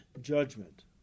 Judgment